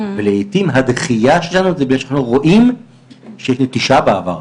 ולעיתים הדחייה שלנו זה בגלל שאנחנו רואים שיש נטישה בעבר.